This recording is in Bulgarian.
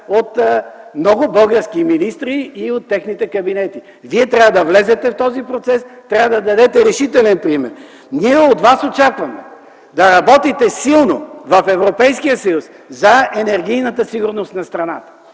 от много български министри и от техните кабинети. Вие трябва да влезете в този процес, трябва да дадете решителен пример. Ние очакваме от Вас да работите силно в Европейския съюз за енергийната сигурност на страната.